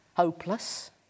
hopeless